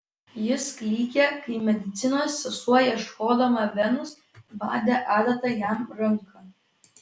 jis klykė kai medicinos sesuo ieškodama venos badė adata jam ranką